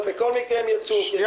בכל מקרה הם יצאו, קרקס או לא קרקס.